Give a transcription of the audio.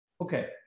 Okay